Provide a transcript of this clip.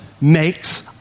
makes